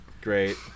Great